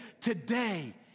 today